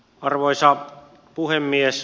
arvoisa puhemies